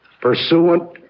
pursuant